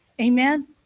Amen